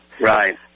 Right